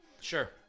Sure